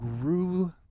grew